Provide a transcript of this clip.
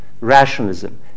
rationalism